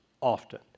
often